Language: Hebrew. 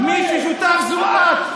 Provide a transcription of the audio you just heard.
מי ששותף זה את,